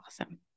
awesome